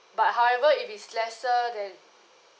but however if it's lesser than